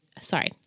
sorry